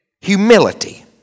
Humility